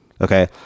Okay